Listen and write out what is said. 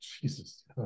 Jesus